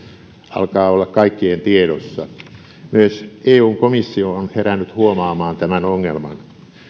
alkaa olla kaikkien tiedossa myös eun komissio on herännyt huomaamaan tämän ongelman